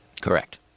Correct